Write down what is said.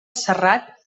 serrat